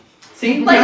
See